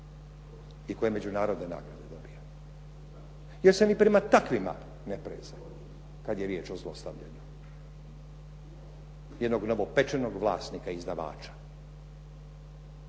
i koje međunarodne nagrade dobiva jer se ni prema takvim ne preza kad je riječ o zlostavljanju jednog novopečenog vlasnika izdavača.